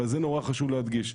אבל זה נורא חשוב להדגיש,